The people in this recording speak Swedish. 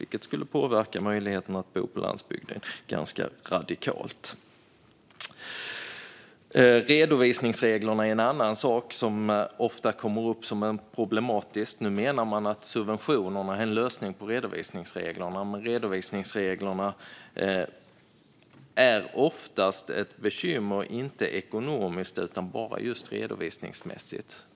Det skulle påverka möjligheten att bo på landsbygden ganska radikalt Redovisningsreglerna är en annan sak om ofta kommer upp som problematisk. Nu menar man att subventioner är en lösning på redovisningsreglerna. Men redovisningsreglerna är oftast bekymmer inte ekonomiskt utan bara just redovisningsmässigt.